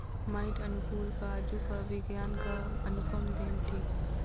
माइट अनुकूलक आजुक विज्ञानक अनुपम देन थिक